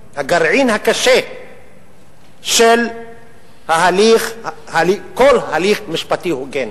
הגרעין הקשה של ההליך, כל הליך משפטי הוגן.